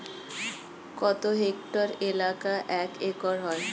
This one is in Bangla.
কত হেক্টর এলাকা এক একর হয়?